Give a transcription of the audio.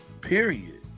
Period